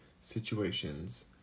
situations